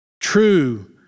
true